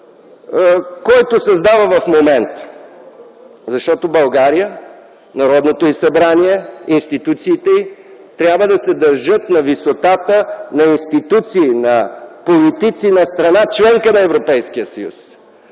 който създава в момента. България, Народното й събрание, институциите й трябва да се държат на висотата на институции, на политици на страна – членка на Европейския съюз,